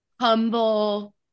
humble